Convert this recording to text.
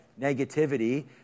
negativity